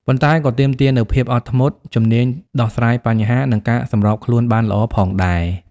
ប៉ុន្តែក៏ទាមទារនូវភាពអត់ធ្មត់ ជំនាញដោះស្រាយបញ្ហា និងការសម្របខ្លួនបានល្អផងដែរ។